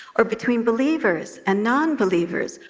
or between believers and non-believers.